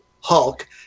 Hulk